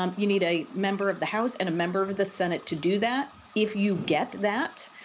um you need a member of the house and a member of of the senate to do that. if you get that,